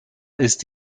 ist